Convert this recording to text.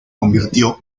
convirtió